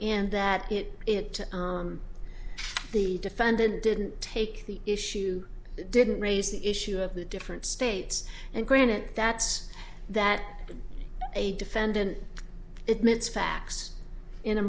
and that it it to the defendant didn't take the issue didn't raise the issue of the different states and granted that's that a defendant admits facts in a